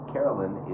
Carolyn